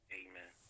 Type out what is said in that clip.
amen